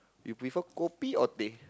you prefer kopi or teh